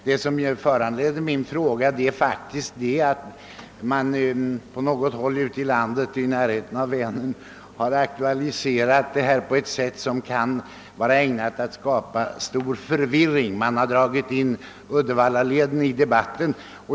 Det som föranledde min fråga var att man på visst håll i närheten av Vänern har aktualiserat denna sak på ett sätt som är ägnat att skapa stor förvirring, när man har dragit in Uddevallaleden i debatten.